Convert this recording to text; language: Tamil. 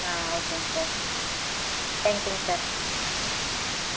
ஆ ஓகேங்க சார் தேங்க் யூங்க சார் ம்